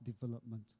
development